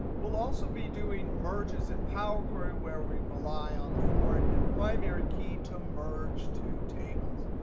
we'll also be doing merges in power query, where we rely on the foreign and primary key to merge two tables.